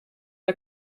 der